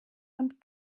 und